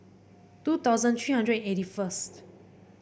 two thousand three hundred eighty first